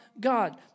God